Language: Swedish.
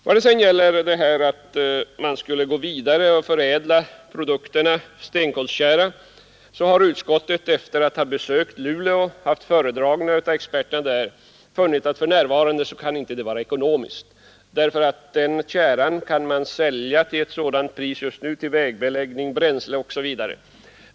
Vad det sedan gäller frågan om att man skulle gå ytterligare ett steg i produktförädlingen och framställa stenkolstjära har utskottet efter besök i Luleå och föredragning av experterna där funnit, att detta just nu inte kan vara ekonomiskt. Sådan tjära kan nämligen för närvarande säljas till ett bättre pris för användning som vägbeläggning, bränsle osv.